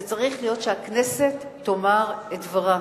זה צריך להיות שהכנסת תאמר את דברה,